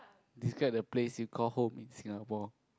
describe the place you call home in Singapore